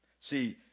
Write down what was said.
See